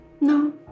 No